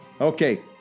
Okay